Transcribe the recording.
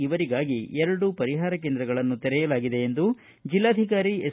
ಇವರಿಗಾಗಿ ಎರಡು ಪರಿಹಾರ ಕೇಂದ್ರಗಳನ್ನು ತೆರೆಯಲಾಗಿದೆ ಎಂದು ಜಿಲ್ಲಾಧಿಕಾರಿ ಎಸ್